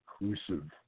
inclusive